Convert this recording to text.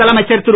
முதலமைச்சர் திரு